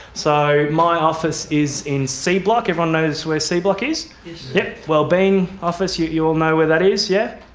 so my office is in c block, everyone knows where c block is? the yeah wellbeing office, you you all know where that is, yes?